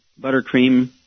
buttercream